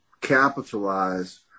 capitalize